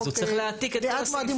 אז הוא צריך להעתיק את כל הסעיפים.